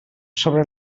sobre